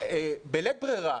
ובלית ברירה,